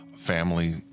Family